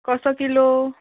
कसो किलो